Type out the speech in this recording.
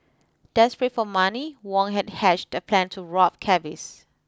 desperate for money Wang had hatched a plan to rob cabbies